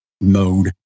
mode